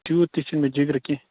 تِیٛوٗت تہِ چھُنہٕ مےٚ جِگرٕ کیٚنٛہہ